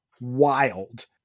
wild